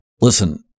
listen